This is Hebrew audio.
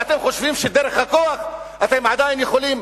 ואתם חושבים שדרך הכוח אתם עדיין יכולים